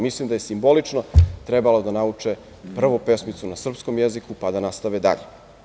Mislim da je simbolično trebalo da nauče prvo pesmicu na srpskom jeziku, pa da nastave dalje.